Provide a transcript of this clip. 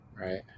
Right